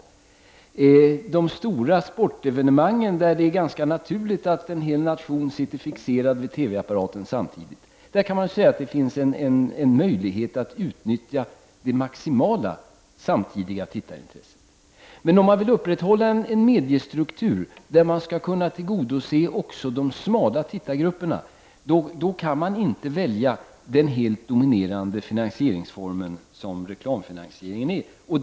Vid de stora sportevenemangen, där det är ganska naturligt att en hel nation sitter fixerad vid TV-apparaten samtidigt, kan man naturligtvis säga att det finns en möjlighet att utnyttja det maximala, samtidiga tittarintresset. Men om man vill upprätthålla en mediestruktur där man skall kunna tillgodose också de smala tittargrupperna, kan man inte välja den helt dominerande finansieringsform som reklamfinansieringen är.